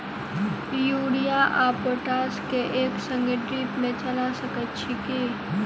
Urea आ potash केँ एक संगे ड्रिप मे चला सकैत छी की?